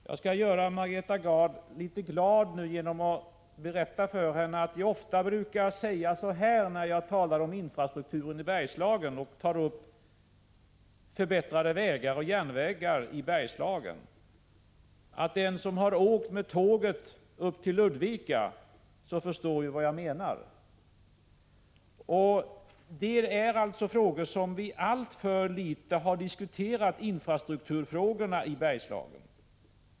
Jag skall göra Margareta Gard litet glad genom att berätta för henne att jag ofta säger följande när jag talar om infrastrukturen i Bergslagen och tar upp frågan om förbättringar av vägar och järnvägar i Bergslagen: Den som har åkt med tåget upp till Ludvika förstår vad jag menar. Vi har alltför litet diskuterat infrastrukturfrågorna i Bergslagen.